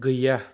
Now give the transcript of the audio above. गैया